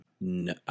No